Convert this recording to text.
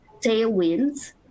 tailwinds